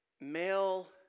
male